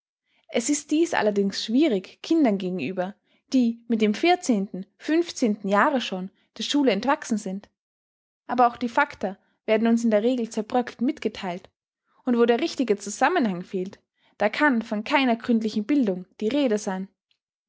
es ist dies allerdings schwierig kindern gegenüber die mit dem vierzehnten fünfzehnten jahre schon der schule entwachsen sind aber auch die facta werden uns in der regel zerbröckelt mitgetheilt und wo der richtige zusammenhang fehlt da kann von keiner gründlichen bildung die rede sein